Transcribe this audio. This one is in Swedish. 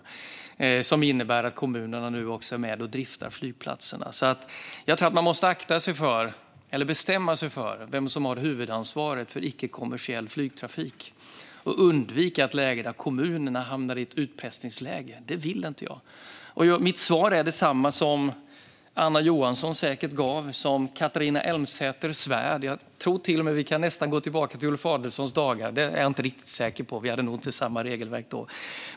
Detta innebär att kommunerna nu också är med och driftar flygplatserna. Jag tror att man måste bestämma sig för vem som har huvudansvaret för icke-kommersiell flygtrafik och undvika att kommunerna hamnar i ett utpressningsläge. Det vill inte jag. Mitt svar är detsamma som Anna Johansson och Catharina Elmsäter-Svärd säkert gav, och kanske till och med Ulf Adelsohn under sina dagar, fast det är jag inte riktigt säker på - vi hade nog inte samma regelverk då.